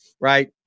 right